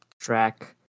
track